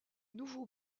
nouveaux